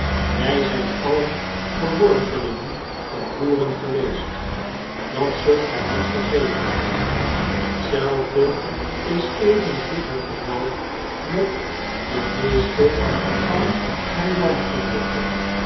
wij zijn alien verworpelingen van boeren geweest dat zult gij niet vergeten hetzelfde is evengoed het geval met de meeste van mijn landgenooten